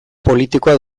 politikoa